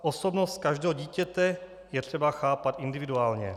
Osobnost každého dítěte je třeba chápat individuálně.